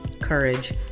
courage